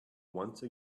once